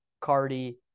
Cardi